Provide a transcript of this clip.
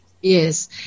Yes